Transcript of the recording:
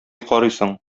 карыйсың